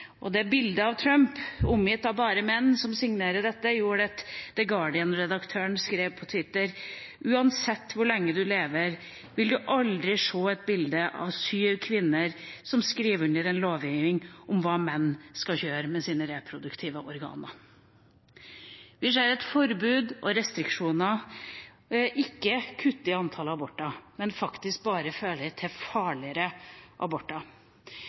Bildet av Trump, omgitt av bare menn, som signerer dette, gjorde at The Guardian-redaktøren skrev på Twitter: Uansett hvor lenge du lever, vil du aldri se et bilde av syv kvinner som skriver under på en lovgivning om hva menn skal gjøre med sine reproduktive organer. Vi ser at forbud og restriksjoner ikke kutter i antall aborter, men faktisk bare fører til farligere aborter.